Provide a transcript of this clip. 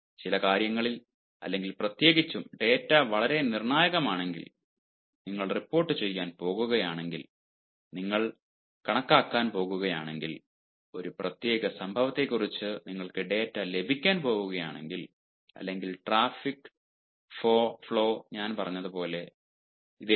ചില കാര്യങ്ങൾ അല്ലെങ്കിൽ പ്രത്യേകിച്ചും ഡാറ്റ വളരെ നിർണ്ണായകമാണെങ്കിൽ നിങ്ങൾ റിപ്പോർട്ടുചെയ്യാൻ പോകുകയാണെങ്കിൽ നിങ്ങൾ കണക്കാക്കാൻ പോകുകയാണെങ്കിൽ ഒരു പ്രത്യേക സംഭവത്തെക്കുറിച്ച് നിങ്ങൾക്ക് ഒരു ഡാറ്റ ലഭിക്കാൻ പോകുകയാണെങ്കിൽ അല്ലെങ്കിൽ ട്രാഫിക് ഫ്ലോ ഞാൻ പറഞ്ഞതുപോലെ